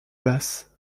basse